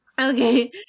Okay